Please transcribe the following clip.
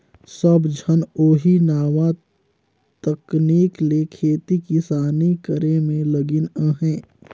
सब झन ओही नावा तकनीक ले खेती किसानी करे में लगिन अहें